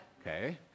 Okay